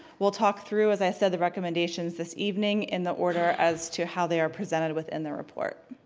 we'll talk through, as i said, the recommendations this evening in the order as to how they are presented within the report.